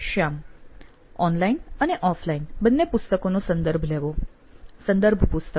શ્યામ online અને offline બંને પુસ્તકો નો સંદર્ભ લેવો સંદર્ભ પુસ્તક